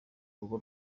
urugo